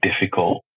difficult